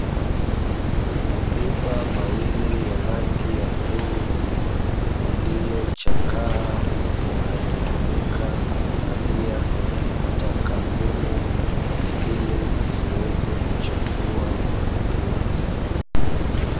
Mapipa mawili ya rangi ya bluu yaliyochakaa, yanayotumika kuhifadhia taka ngumu ili zisiweze kuchafua mazingira.